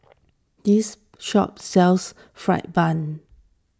this shop sells Fried Bun